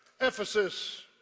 Ephesus